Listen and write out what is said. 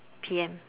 P M